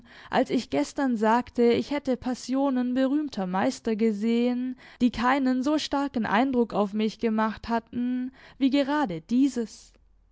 als ich gestern sagte ich hätte passionen berühmter meister gesehen die keinen so starken eindruck auf mich gemacht hatten wie gerade dieses